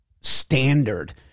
standard